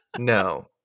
No